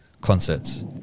concerts